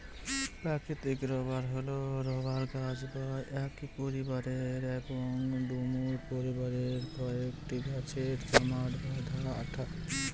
প্রাকৃতিক রবার হল রবার গাছ বা একই পরিবারের এবং ডুমুর পরিবারের কয়েকটি গাছের জমাট বাঁধা আঠা